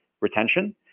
retention